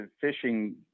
fishing